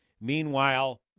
meanwhile